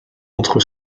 entre